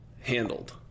handled